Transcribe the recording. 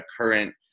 current